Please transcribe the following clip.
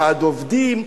ועד עובדים?